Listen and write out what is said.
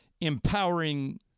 empowering